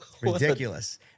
Ridiculous